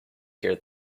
hear